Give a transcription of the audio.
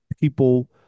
people